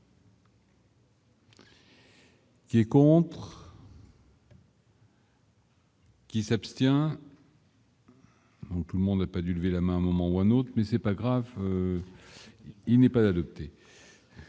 Qui est contre. Qui s'abstient. Tout le monde n'a pas dû lever la main, un moment ou un autre, mais c'est pas grave. Il n'est pas l'adopter.